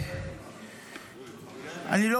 אני לא